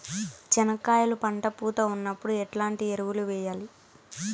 చెనక్కాయలు పంట పూత ఉన్నప్పుడు ఎట్లాంటి ఎరువులు వేయలి?